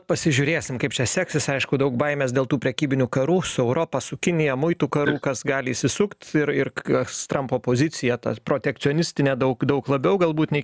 pasižiūrėsim kaip čia seksis aišku daug baimės dėl tų prekybinių karų su europa su kinija muitų karų kas gali įsisukt ir ir kas trampo pozicija ta protekcionistinė daug daug labiau galbūt nei